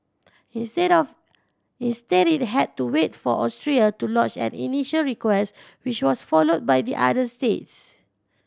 instead of instead it had to wait for Austria to lodge an initial request which was followed by the other states